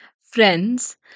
Friends